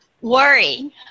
Worry